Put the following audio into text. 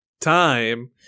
time